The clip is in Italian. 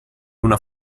una